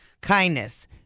Kindness